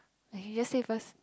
!aiya! you just say first